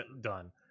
done